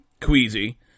Queasy